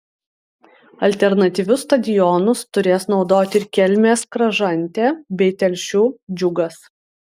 alternatyvius stadionus turės naudoti ir kelmės kražantė bei telšių džiugas